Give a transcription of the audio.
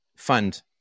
Fund